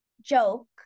joke